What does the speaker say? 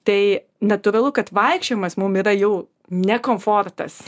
tai natūralu kad vaikščiojimas mum yra jau ne komfortas